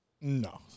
No